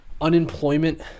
unemployment